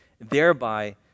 thereby